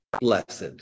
blessed